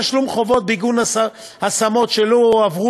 תשלום חובות בגין השמות שלא הועברו